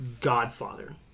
godfather